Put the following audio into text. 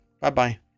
Bye-bye